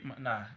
nah